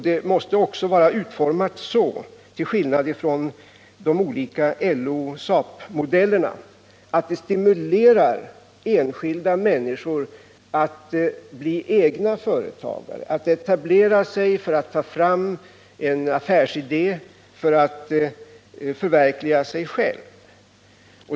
Den måste också vara utformad så, till skillnad från de olika LO-SAP-modellerna, att enskilda människor stimuleras att bli egna företagare, att etablera sig för att ta fram en affärsidé, för att förverkliga sig själva.